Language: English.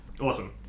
Awesome